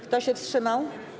Kto się wstrzymał?